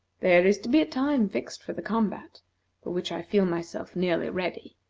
there is to be a time fixed for the combat, for which i feel myself nearly ready,